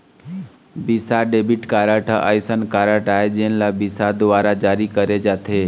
Visa debit card ह असइन card आय जेन ल विसा दुवारा जारी करे जाथे